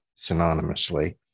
synonymously